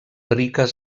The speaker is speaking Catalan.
riques